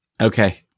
Okay